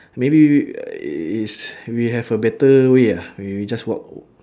maybe w~ uh is we have a better way ah we we just walk